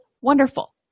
Wonderful